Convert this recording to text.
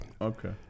Okay